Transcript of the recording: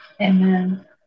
Amen